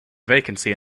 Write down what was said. vacancy